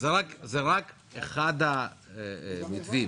זה רק אחד המתווים.